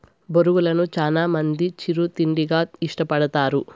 బొరుగులను చానా మంది చిరు తిండిగా ఇష్టపడతారు